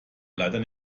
leider